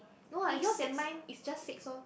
no [what] yours and mine is just six lor